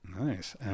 Nice